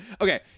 Okay